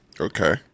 Okay